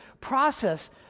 process